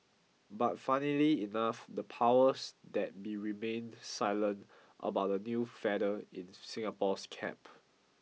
but funnily enough the powers that be remained silent about the new feather in Singapore's cap